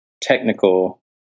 technical